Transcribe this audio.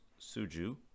Suju